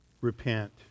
repent